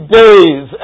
days